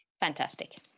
Fantastic